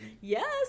Yes